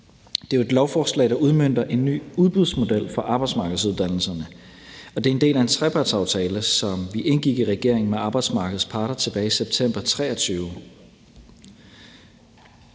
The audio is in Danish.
Det er jo et lovforslag, der udmønter en ny udbudsmodel for arbejdsmarkedsuddannelserne. Og det er en del af en trepartsaftale, som vi indgik i regeringen med arbejdsmarkedets parter tilbage i september 2023.